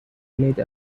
made